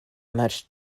much